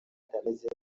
itameze